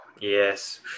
Yes